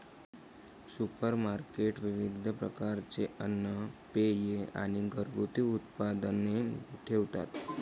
supermarket विविध प्रकारचे अन्न, पेये आणि घरगुती उत्पादने ठेवतात